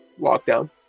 lockdown